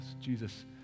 Jesus